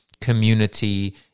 community